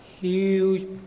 huge